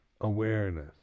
awareness